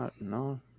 No